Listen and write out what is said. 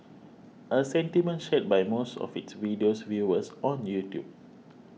a sentiment shared by most of its video's viewers on YouTube